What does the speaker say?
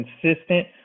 consistent